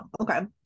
okay